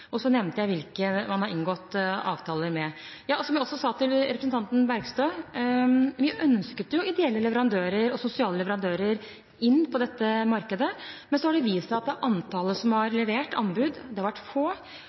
Og så nevnte jeg hvem vi har inngått avtaler med. Som jeg også sa til representanten Bergstø, ønsket vi ideelle leverandører og sosiale leverandører inn på dette markedet, men så har det vist seg at antallet som har levert anbud, har vært få,